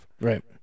Right